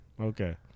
Okay